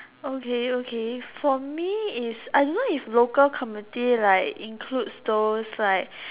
okay okay for me is I don't know if local community like include those like